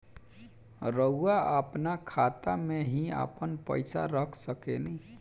रउआ आपना खाता में ही आपन पईसा रख सकेनी